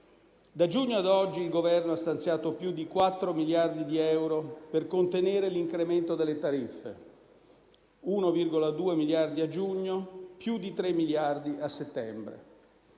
Da giugno ad oggi il Governo ha stanziato più di 4 miliardi di euro per contenere l'incremento delle tariffe; 1,2 miliardi a giugno, più di 3 miliardi a settembre.